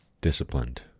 disciplined